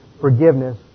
forgiveness